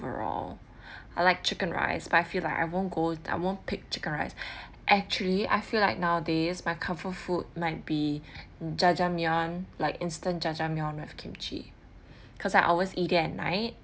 overall I like chicken rice but I feel like I won't go I won't pick chicken rice actually I feel like nowadays my comfort food might be jajangmyeon like instant jajangmyeon with kimchi cause I always eat it at night